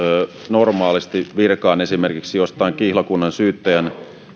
normaalisti virkaan esimerkiksi jostain kihlakunnansyyttäjän